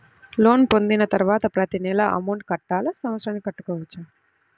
Loan పొందిన తరువాత ప్రతి నెల అమౌంట్ కట్టాలా? సంవత్సరానికి కట్టుకోవచ్చా?